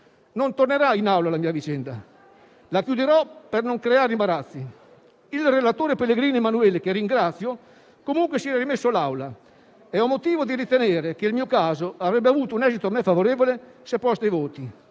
Non tornerà in Aula la mia vicenda: la chiuderò per non creare imbarazzi. Il relatore, Pellegrini Emanuele, che ringrazio, comunque si era rimesso all'Assemblea, e ho motivo di ritenere che il mio caso avrebbe avuto un esito a me favorevole se posto ai voti